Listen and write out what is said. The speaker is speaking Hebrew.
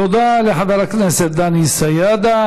תודה לחבר הכנסת דני סידה.